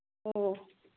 ꯑꯣ